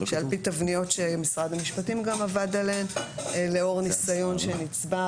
שעל פי תבניות שמשרד המשפטים גם עבד עליהן לאור ניסיון שנצבר,